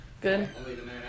good